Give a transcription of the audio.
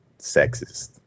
sexist